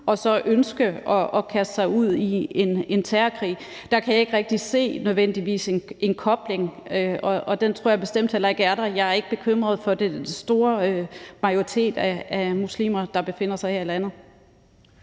og så ønske at kaste sig ud i en terrorkrig. Der kan jeg ikke rigtig se, nødvendigvis, en kobling, og den tror jeg bestemt heller ikke er der. Jeg er ikke bekymret for den store majoritet blandt de muslimer, der befinder sig her i landet.